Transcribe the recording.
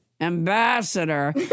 Ambassador